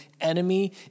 enemy